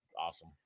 Awesome